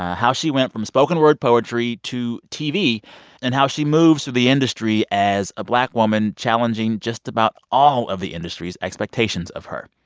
how she went from spoken word poetry to tv and how she moves through the industry as a black woman challenging just about all of the industry's expectations of her.